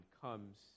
comes